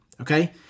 Okay